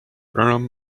urim